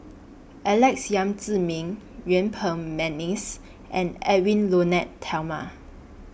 Alex Yam Ziming Yuen Peng Mcneice and Edwy Lyonet Talma